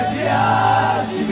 Yes